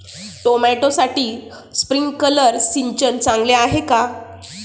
टोमॅटोसाठी स्प्रिंकलर सिंचन चांगले आहे का?